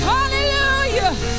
Hallelujah